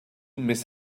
miss